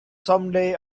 someday